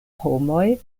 homoj